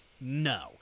No